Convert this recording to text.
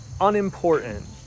unimportant